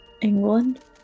England